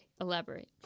Elaborate